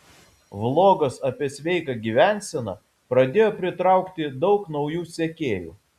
vlogas apie sveiką gyvenseną pradėjo pritraukti daug naujų sekėjų